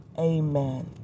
amen